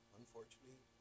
unfortunately